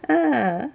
ah